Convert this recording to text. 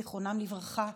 זיכרונם לברכה,